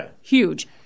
huge